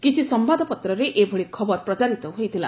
କିଛି ସମ୍ଘାଦପତ୍ରରେ ଏଭଳି ଖବର ପ୍ରଚାରିତ ହୋଇଥିଲା